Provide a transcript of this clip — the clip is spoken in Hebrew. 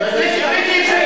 לא חוקי,